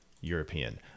European